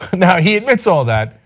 he admits all that.